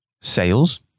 sales